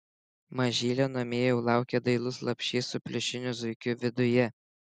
mažylio namie jau laukia dailus lopšys su pliušiniu zuikiu viduje